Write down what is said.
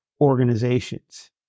organizations